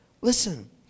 Listen